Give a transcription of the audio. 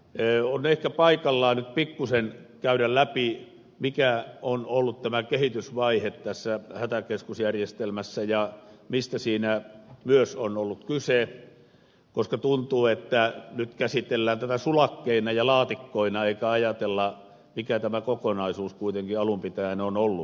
on ehkä paikallaan nyt pikkuisen käydä läpi mikä on ollut tämä kehitysvaihe tässä hätäkeskusjärjestelmässä ja mistä siinä myös on ollut kyse koska tuntuu että nyt käsitellään tätä sulakkeina ja laatikkoina eikä ajatella mikä tämä kokonaisuus kuitenkin alun pitäen on ollut